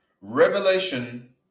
Revelation